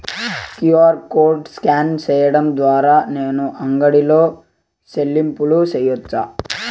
QR code scan సేయడం ద్వారా నేను అంగడి లో చెల్లింపులు సేయొచ్చా?